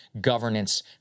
governance